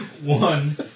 One